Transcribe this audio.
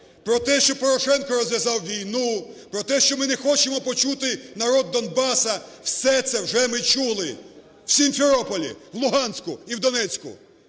про те, що Порошенко розв'язав війну, про те, що ми не хочемо почути народ Донбасу. Все це вже ми чули. В Сімферополі, в Луганську і в Донецьку.